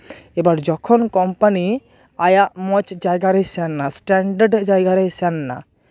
ᱮᱵᱟᱨ ᱡᱚᱠᱷᱚᱱ ᱠᱳᱢᱯᱟᱱᱤ ᱟᱭᱟᱜ ᱢᱚᱡᱽ ᱡᱟᱭᱜᱟ ᱨᱮᱭ ᱥᱮᱱ ᱱᱟ ᱥᱴᱮᱱᱰᱟᱨᱰ ᱡᱟᱭᱜᱟ ᱨᱮᱭ ᱥᱮᱱ ᱱᱟ